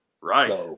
Right